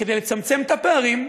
כדי לצמצם את הפערים,